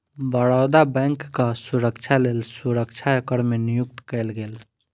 बड़ौदा बैंकक सुरक्षाक लेल सुरक्षा कर्मी नियुक्त कएल गेल